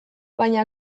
baina